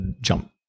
jump